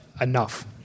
enough